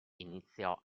iniziò